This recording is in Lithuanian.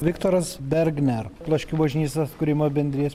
viktoras bergner plaškių bažnyčios atkūrimo bendrijos